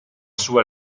sua